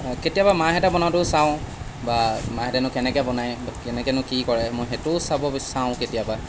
কেতিয়াবা মাহঁতে বনাওঁতেও চাওঁ বা মাহঁতেনো কেনেকৈ বনায় বা কেনেকৈনো কি কৰে মই সেইটোও চাব বি চাওঁ কেতিয়াবা